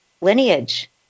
lineage